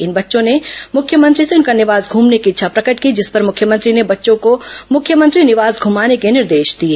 इन बच्चों ने मुख्यमंत्री से उनका निवांस घूमने की इच्छा प्रकट की जिस पर मुख्यमंत्री ने बच्चों को मुख्यमंत्री निवास घूमाने के निर्देश दिए